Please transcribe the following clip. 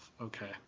Okay